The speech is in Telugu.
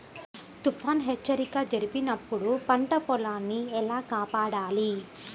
తుఫాను హెచ్చరిక జరిపినప్పుడు పంట పొలాన్ని ఎలా కాపాడాలి?